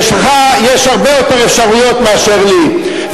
לך יש הרבה יותר אפשרויות מאשר לי,